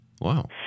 Wow